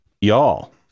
y'all